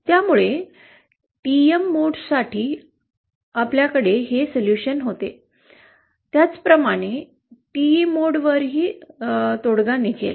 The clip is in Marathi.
त्यामुळे टीएम मोडसाठी आमच्याकडे हे सोल्युशन होते त्याचप्रमाणे टीई मोडवरही तोडगा निघेल